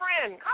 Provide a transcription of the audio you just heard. friend